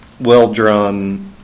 well-drawn